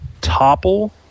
Topple